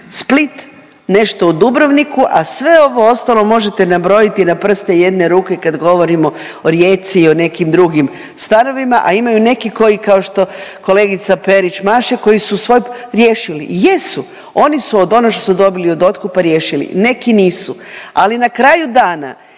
Split, nešto u Dubrovniku, a sve ovo ostalo možete nabrojiti na prste jedne ruke kad govorimo o Rijeci i o nekim drugim stanovima, a imaju neki koji, kao što kolegica Perić maše, koji su svoj riješili. Jesu, oni su od onog što su dobili od otkupa riješili, neki nisu. Ali na kraju dana,